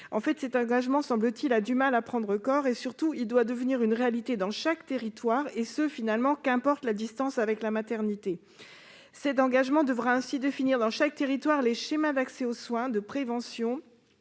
En fait, cet engagement semble avoir du mal à prendre corps. Pourtant, il faudrait qu'il devienne une réalité dans chaque territoire, et ce, finalement, quelle que soit la distance avec la maternité. Un tel engagement devrait définir dans chaque territoire les schémas d'accès aux soins de prévention,